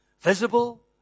visible